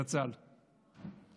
זכר צדיק לברכה.